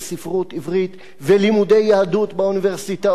וספרות עברית ולימודי יהדות באוניברסיטאות,